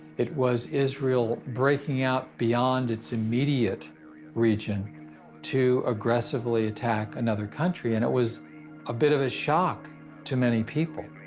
it was israel breaking out beyond its immediate region to aggressively attack another country and it was a bit of a shock to many people.